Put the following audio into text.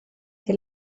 che